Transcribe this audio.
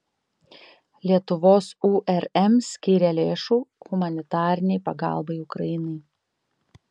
lietuvos urm skyrė lėšų humanitarinei pagalbai ukrainai